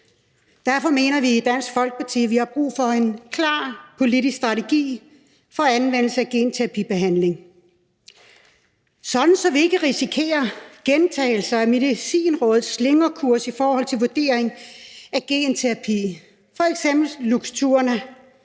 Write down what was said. Derfor mener vi i Dansk Folkeparti, at vi har brug for en klar politisk strategi for anvendelse af genterapibehandling, sådan at vi ikke risikerer gentagelser af Medicinrådets slingrekurs i forhold til vurdering af genterapi, f.eks. Luxturna,